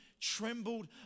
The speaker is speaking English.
trembled